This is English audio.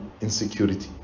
insecurity